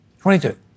22